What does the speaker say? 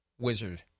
wizard